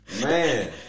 Man